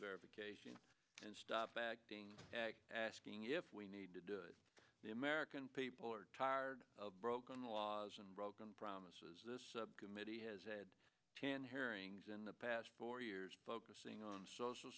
verification and stop back being asking if we need to do it the american people are tired of broken laws and broken promises committee has a had ten hearings in the past four years focusing on social